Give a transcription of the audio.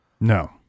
No